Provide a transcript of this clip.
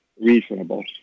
reasonable